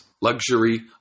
luxury